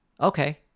okay